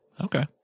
Okay